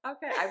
Okay